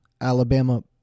Alabama